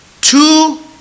two